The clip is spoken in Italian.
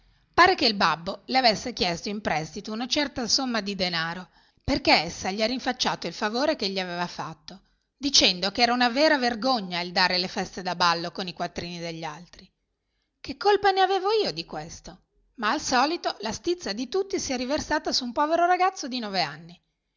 pare che il babbo le avesse chiesto in prestito una certa somma di danaro perché essa gli ha rinfacciato il favore che gli aveva fatto dicendo che era una vera vergogna il dare le feste da ballo con i quattrini degli altri che colpa ne avevo io di questo ma al solito la stizza dì tutti si è riversata su un povero ragazzo di nove anni